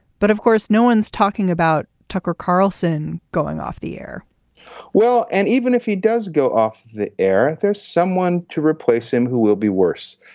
but of course no one's talking about tucker carlson going off the air well and even if he does go off the air there's someone to replace him who will be worse.